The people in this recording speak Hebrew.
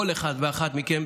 כל אחד ואחת מכם,